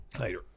Later